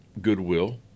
Goodwill